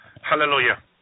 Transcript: Hallelujah